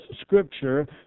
Scripture